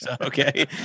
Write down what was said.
Okay